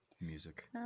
music